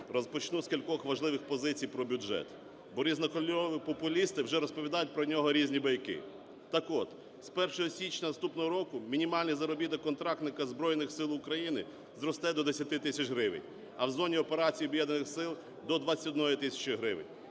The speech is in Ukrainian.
Розпочну з кількох важливих позицій про бюджет, бо різнокольорові популісти вже розповідають про нього різні байки. Так от, з 1 січня наступного року мінімальний заробіток контрактника Збройних Сил України зросте до 10 тисяч гривень, а в зоні операцій об'єднаних сил – до 21 тисячі гривень.